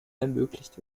ermöglicht